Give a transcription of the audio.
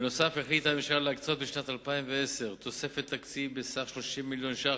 בנוסף החליטה הממשלה להקצות בשנת 2010 תוספת תקציב בסך 30 מיליון ש"ח